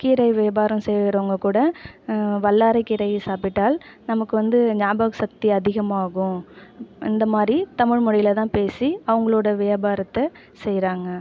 கீரை வியாபாரம் செய்கிறவங்க கூட வல்லாரை கீரை சாப்பிட்டால் நமக்கு வந்து ஞாபகசக்தி அதிகமாகும் இந்தமாதிரி தமிழ்மொழியில் தான் பேசி அவங்களோட வியாபாரத்தை செய்கிறாங்க